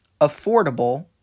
affordable